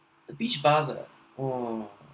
the beach bars ah !wah!